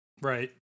Right